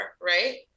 right